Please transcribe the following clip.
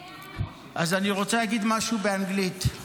אז אני רוצה להגיד משהו באנגלית: